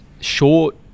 short